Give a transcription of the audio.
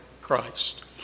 Christ